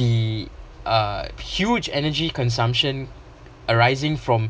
the uh huge energy consumption arising from